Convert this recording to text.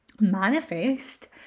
manifest